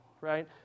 right